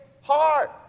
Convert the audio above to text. heart